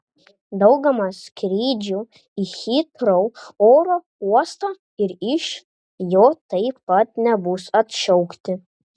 dauguma skrydžių į hitrou oro uostą ir iš jo taip pat nebus atšaukti